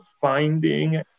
finding